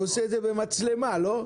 הוא עושה את זה במצלמה, לא?